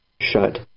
shut